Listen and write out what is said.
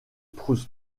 proust